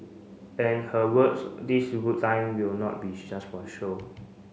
and her works this time will not be just for show